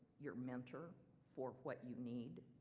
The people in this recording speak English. your mentor for what you need.